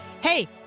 Hey